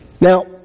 Now